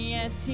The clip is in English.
Yes